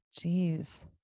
Jeez